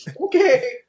Okay